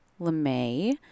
LeMay